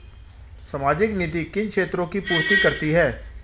सामाजिक नीति किन क्षेत्रों की पूर्ति करती है?